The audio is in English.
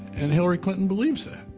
and hillary clinton believes that,